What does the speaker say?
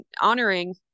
honoring